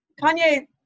Kanye